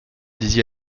disiez